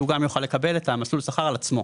הוא גם יכול לקבל את "מסלול שכר" על עצמו.